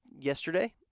yesterday